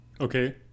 Okay